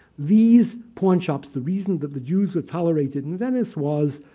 these pawn shops, the reason that the jews were tolerated in venice was